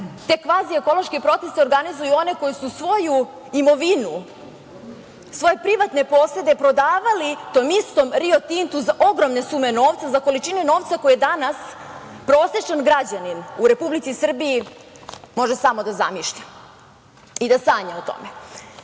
Te kvazi-ekološke proteste organizuju oni koji su svoju imovinu, svoje privatne posede prodavali tom istom „Rio Tintu“ za ogromne sume novca, za količinu novca koju danas prosečan građanin u Republici Srbiji može samo da zamišlja i da sanja o tome.